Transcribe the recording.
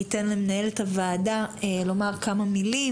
אתן למנהלת הוועדה לומר כמה מילים,